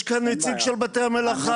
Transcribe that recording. -- יש כאן נציג של בתי המלאכה,